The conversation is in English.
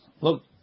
Look